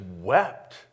wept